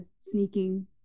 sneaking